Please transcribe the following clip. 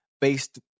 based